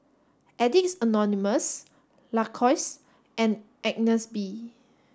Addicts Anonymous Lacoste and Agnes B